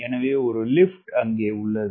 எனவே ஒரு லிப்ட் உள்ளது